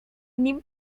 nim